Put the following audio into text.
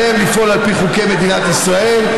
עליהם לפעול על פי חוקי מדינת ישראל,